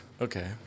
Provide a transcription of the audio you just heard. Okay